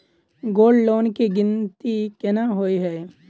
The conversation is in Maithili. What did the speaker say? गोल्ड लोन केँ गिनती केना होइ हय?